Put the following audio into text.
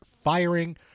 firing